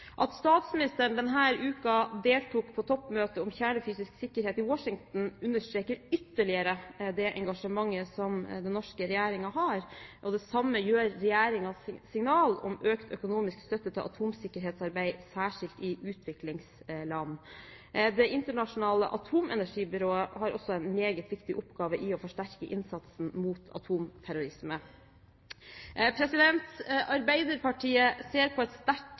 At statsministeren denne uken deltok på toppmøtet om kjernefysisk sikkerhet i Washington, understreker ytterligere det engasjementet som den norske regjeringen har. Det samme gjør Regjeringens signal om økt økonomisk støtte til atomsikkerhetsarbeid, særskilt i utviklingsland. Det internasjonale atomenergibyrået har også en meget viktig oppgave med å forsterke innsatsen mot atomterrorisme. Arbeiderpartiet ser på et sterkt